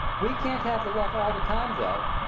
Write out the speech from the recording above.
we can't have the luck all the time, though.